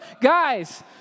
guys